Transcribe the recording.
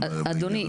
אדוני,